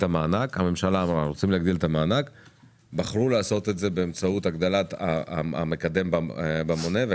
המענק ובחרו לעשות את זה באמצעות הגדלת המקדם במונה.